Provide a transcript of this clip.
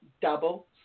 double